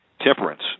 temperance